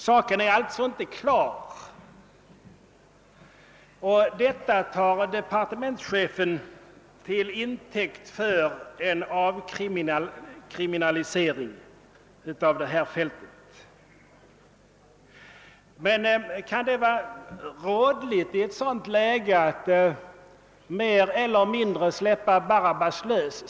Saken är alltså inte klar, och detta tar departementschefen till intäkt för en avkriminalisering av detta fält. Men kan det vara rådligt i ett sådant läge att släppa Barabbas lös?